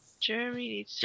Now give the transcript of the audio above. Jeremy